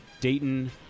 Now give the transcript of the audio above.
Dayton